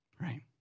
right